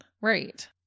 Right